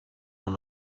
non